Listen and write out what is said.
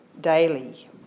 daily